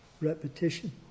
repetition